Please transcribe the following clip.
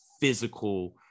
physical